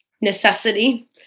necessity